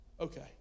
Okay